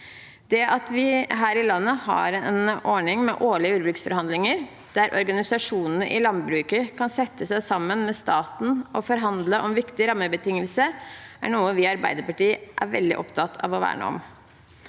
Det at vi her i landet har en ordning med årlige jordbruksforhandlinger der organisasjonene i landbruket kan sette seg sammen med staten og forhandle om viktige rammebetingelser, er noe vi i Arbeiderpartiet er veldig opptatt av å verne om.